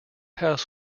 house